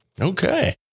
Okay